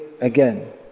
again